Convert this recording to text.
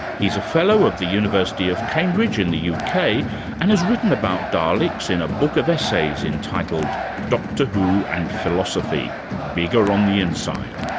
he's a fellow of the university of cambridge in the you know uk, and has written about daleks in a book of essays entitled doctor who and philosophy bigger on the inside.